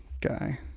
guy